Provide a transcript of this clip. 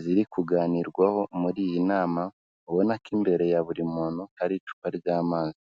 ziri kuganirwaho muri iyi nama, ubona ko imbere ya buri muntu hari icupa ry'amazi.